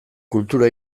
kultura